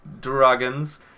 dragons